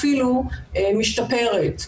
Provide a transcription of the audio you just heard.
אפילו משתפרת.